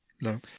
no